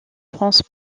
france